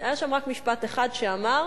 היה שם רק משפט אחד שאמר: